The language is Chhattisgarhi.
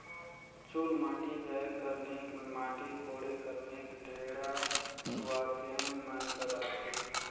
चुलमाटी जाए कर नेग मे माटी कोड़े कर नेग ढेढ़ा सुवासेन मन कर रहथे